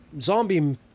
Zombie